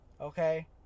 Okay